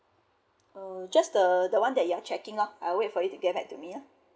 oh just the the one that you are checking lah I'll wait for you to get back to me ah